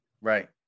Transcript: Right